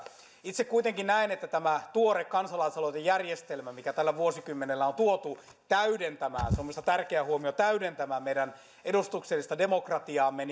itse kuitenkin näen että tämä tuore kansalaisaloitejärjestelmä mikä tällä vuosikymmenellä on tuotu täydentämään täydentämään on minusta tärkeä huomio meidän edustuksellista demokratiaamme